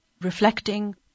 reflecting